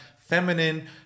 feminine